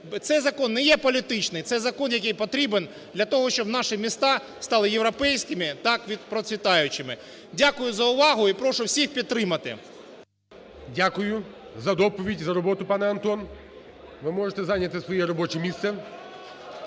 цей закон не є політичний, цей закон, який потрібен для того, щоб наші міста стали європейськими, так і процвітаючими. Дякую за увагу і прошу всіх підтримати. ГОЛОВУЮЧИЙ. Дякую за доповідь, за роботу, пане Антон. Ви можете зайняти своє робоче місце.